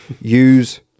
Use